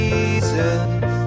Jesus